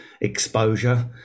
exposure